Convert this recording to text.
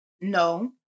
no